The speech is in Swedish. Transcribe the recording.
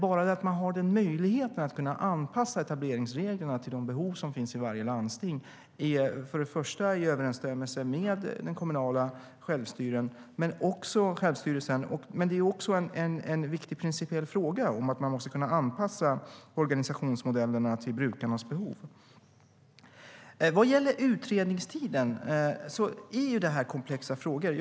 Att ha möjlighet att anpassa etableringsreglerna till de behov som finns i varje landsting är i överensstämmelse med det kommunala självstyret, men det är också en viktig principiell fråga; man måste kunna anpassa organisationsmodellerna till brukarnas behov. Vad gäller utredningstiden vill jag säga att det handlar om komplexa frågor.